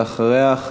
ואחריה,